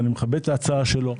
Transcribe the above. ואני מכבד את ההצעה שלו,